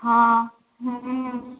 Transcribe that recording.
हँ हुँ